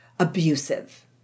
Abusive